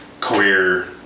career